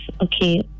okay